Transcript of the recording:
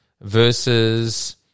versus